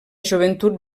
joventut